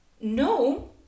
no